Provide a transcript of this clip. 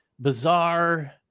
bizarre